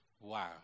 Wow